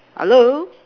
hello